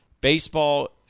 Baseball